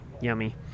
yummy